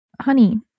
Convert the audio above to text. honey